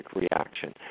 reaction